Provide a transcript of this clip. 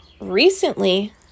recently